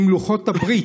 עם לוחות הברית,